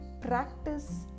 Practice